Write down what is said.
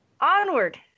Onward